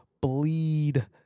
bleed